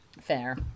Fair